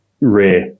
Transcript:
rare